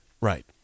Right